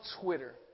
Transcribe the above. Twitter